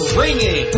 ringing